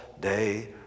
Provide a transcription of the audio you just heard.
day